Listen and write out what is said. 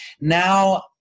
now